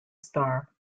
star